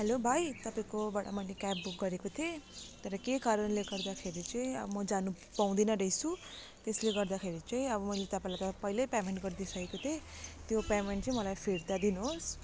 hello भाइ तपाईँकोबाट मैले क्याब बुक गरेको थिएँ तर केही कारणले गर्दाखेरि चाहिँ म जानु पाउँदिनँ रहेछु त्यसले गर्दाखेरि चाहिँ अब मैले तपाईँलाई त पहिलै पेमेन्ट गरिदिइसकेको थिएँ त्यो पेमेन्ट चाहिँ मलाई फिर्ता दिनु होस्